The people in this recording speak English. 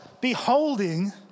beholding